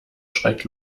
schreck